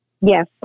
Yes